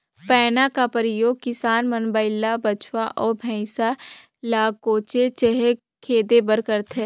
पैना का परियोग किसान मन बइला, बछवा, अउ भइसा ल कोचे चहे खेदे बर करथे